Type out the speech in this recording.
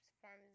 forms